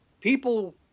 People